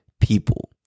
people